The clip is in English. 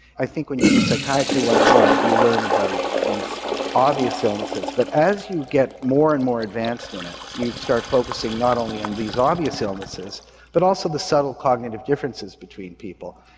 i think when you do psychiatry one on one you learn about these obvious illnesses but as you get more and more advanced in it you start focussing not only on these obvious illnesses but also the subtle cognitive differences between people.